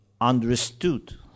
understood